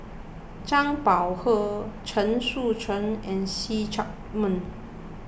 Zhang Bohe Chen Sucheng and See Chak Mun